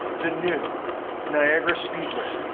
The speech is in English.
the new niagara speedway,